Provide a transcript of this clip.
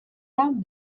iawn